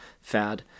Fad